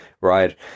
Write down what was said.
right